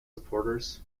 supporters